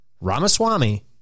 Ramaswamy